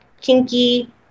kinky